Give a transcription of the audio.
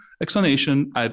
explanation